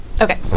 Okay